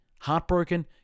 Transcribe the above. heartbroken